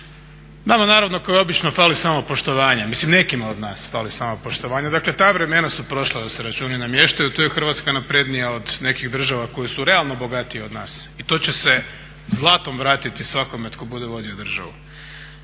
Nama naravno kao i obično fali samopoštovanja, mislim nekima od nas fali samopoštovanja. Dakle, vremena su prošla da se računi namještaju. Tu je Hrvatska naprednija od nekih država koje su realno bogatije od nas i to će se zlatom vratiti svakome tko bude vodio državu.